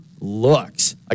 looks